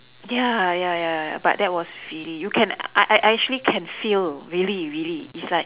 ya ya ya but that was really you can I I I can actually feel really really it's like